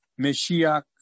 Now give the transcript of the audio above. Mashiach